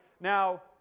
now